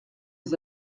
les